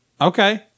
Okay